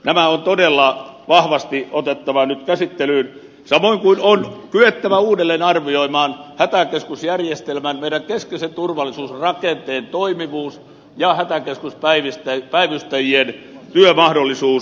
nämä on todella vahvasti otettava nyt käsittelyyn samoin kuin on kyettävä uudelleen arvioimaan hätäkeskusjärjestelmän meidän keskeisen turvallisuusrakenteen toimivuus ja hätäkeskuspäivystäjien työmahdollisuus